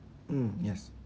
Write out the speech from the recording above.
mm yes